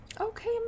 okay